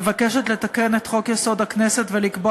מבקשת לתקן את חוק-יסוד: הכנסת ולקבוע